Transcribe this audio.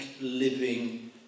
living